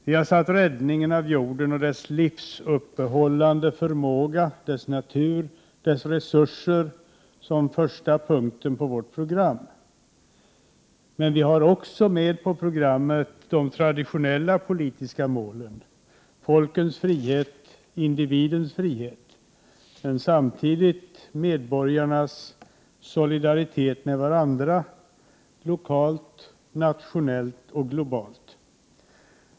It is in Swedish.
Vi har satt räddningen av jorden och dess livsuppehållande förmåga, dess natur och dess resurser som första punkten på vårt program, men vi har också med på programmet de traditionella politiska målen: Folkens frihet, individens frihet men samtidigt medborgarnas solidaritet med varandra lokalt, nationellt och globalt.